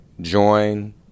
join